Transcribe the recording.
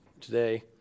today